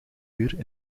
uur